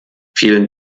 vielen